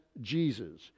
Jesus